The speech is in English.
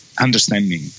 understanding